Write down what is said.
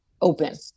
open